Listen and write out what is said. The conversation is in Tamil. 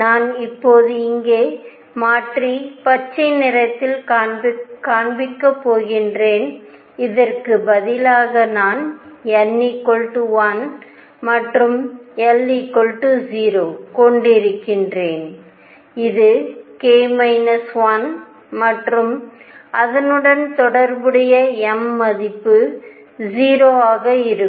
நான் இப்போது இங்கே மாற்றி பச்சை நிறத்தில் காண்பிக்கப் போகிறேன் இதற்கு பதிலாக நான் n 1 மற்றும் l 0 ஐ கொண்டிருக்கிறேன் இது k 1 மற்றும் அதனுடன் தொடர்புடைய m மதிப்பு 0 ஆக இருக்கும்